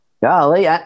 golly